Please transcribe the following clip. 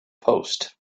post